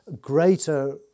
greater